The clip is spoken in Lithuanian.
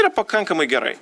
yra pakankamai gerai